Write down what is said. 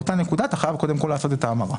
באותה נקודה אתה חייב קודם כל לעשות את ההמרה.